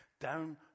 down